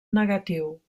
negatiu